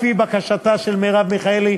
לפי בקשתה של מרב מיכאלי,